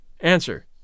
Answer